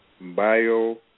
bio